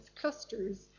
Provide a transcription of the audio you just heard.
clusters